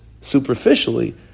superficially